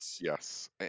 Yes